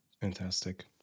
Fantastic